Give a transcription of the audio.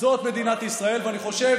זאת מדינת ישראל, ואני חושב